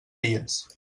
dies